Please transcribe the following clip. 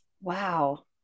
Wow